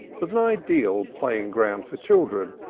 was an ideal playing-ground for children,